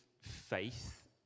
faith